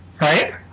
right